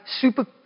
super